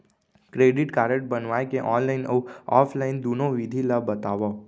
Credit card बनवाए के online अऊ ऑफलाइन दुनो विधि ला बतावव?